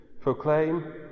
proclaim